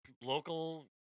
local